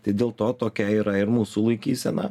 tai dėl to tokia yra ir mūsų laikysena